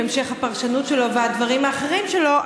עם המשך הפרשנות שלו והדברים האחרים שלו,